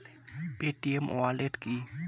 Paytm wallet কি?